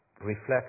reflect